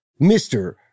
Mr